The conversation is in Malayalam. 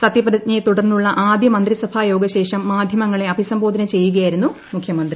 സത്യപ്രതിജ്ഞയെ തുടർന്നുള്ള ആദ്യ മന്ത്രിസഭായോഗ ശേഷം മാധ്യമങ്ങളെ അഭിസംബോധന ചെയ്യുകയായിരുന്നു മുഖ്യമന്ത്രി